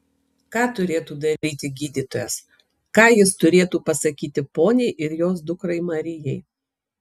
ką turėtų daryti gydytojas ką jis turėtų pasakyti poniai ir jos dukrai marijai